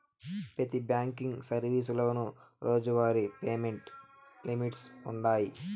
పెతి బ్యాంకింగ్ సర్వీసులోనూ రోజువారీ పేమెంట్ లిమిట్స్ వుండాయి